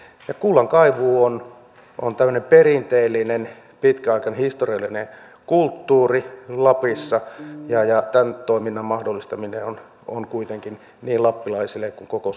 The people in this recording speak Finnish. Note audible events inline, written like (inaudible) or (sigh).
kullankaivuu on on tämmöinen perinteellinen pitkäaikainen historiallinen kulttuuri lapissa ja ja tämän toiminnan mahdollistaminen on on kuitenkin niin lappilaisille kuin koko (unintelligible)